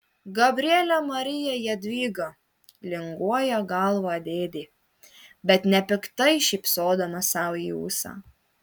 gabriele marija jadvyga linguoja galvą dėdė bet nepiktai šypsodamas sau į ūsą